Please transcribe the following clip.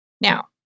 Now